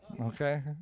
Okay